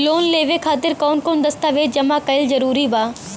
Loan लेवे खातिर कवन कवन दस्तावेज जमा कइल जरूरी बा?